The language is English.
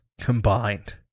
combined